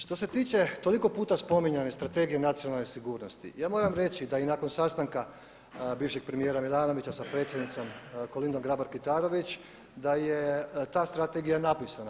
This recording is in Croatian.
Što se tiče toliko puta spominjane Strategije nacionalne sigurnosti ja moram reći da i nakon sastanka bivšeg premijera Milanovića sa predsjednicom Kolindom Grabar-Kitarović da je ta strategija napisana.